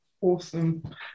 awesome